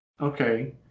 Okay